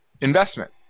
investment